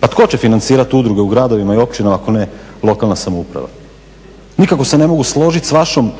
Pa tko će financirati udruge u gradovima i općinama ako ne lokalna samouprava. Nikako se ne mogu složiti s vašom